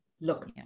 Look